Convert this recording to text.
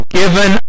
given